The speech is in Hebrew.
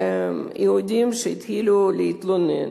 יהודים שהתחילו להתלונן.